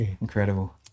incredible